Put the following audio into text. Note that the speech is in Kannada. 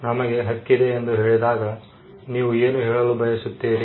ನಮಗೆ ಹಕ್ಕಿದೆ ಎಂದು ಹೇಳಿದಾಗ ನೀವು ಏನು ಹೇಳಲು ಬಯಸುತ್ತೀರಿ